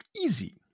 Easy